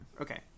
Okay